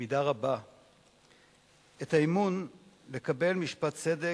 במידה רבה את האמון לקבל משפט צדק,